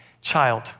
child